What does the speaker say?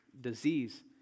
disease